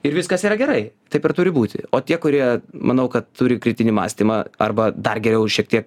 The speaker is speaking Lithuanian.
ir viskas yra gerai taip ir turi būti o tie kurie manau kad turi kritinį mąstymą arba dar geriau šiek tiek